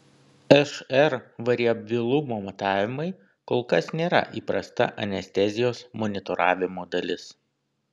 šr variabilumo matavimai kol kas nėra įprasta anestezijos monitoravimo dalis